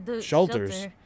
shelters